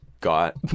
got